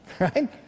right